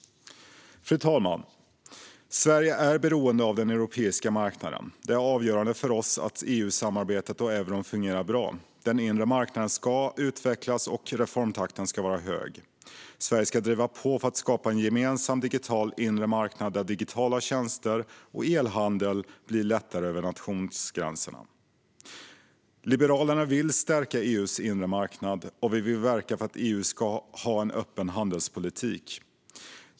Fru talman! Sverige är beroende av den europeiska marknaden. Det är avgörande för oss att EU-samarbetet och euron fungerar bra. Den inre marknaden ska utvecklas, och reformtakten ska vara hög. Sverige ska driva på för att skapa en gemensam digital inre marknad, där det blir lättare med digitala tjänster och e-handel över nationsgränserna. Liberalerna vill stärka EU:s inre marknad och verka för att EU ska ha en öppen handelspolitik.